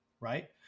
right